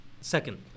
Second